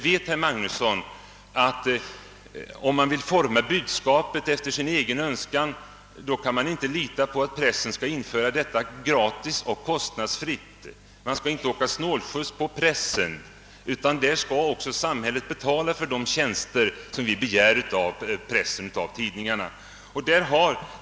Herr Magnusson vet, att om man vill forma budskapet efter sin egen önskan, kan man inte lita på att pressen skall införa detta gratis. Samhället skall över huvud inte åka snålskjuts på pressen, utan betala för de tjänster som man begär av pressen.